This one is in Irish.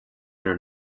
bhur